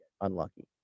unlucky